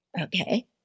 Okay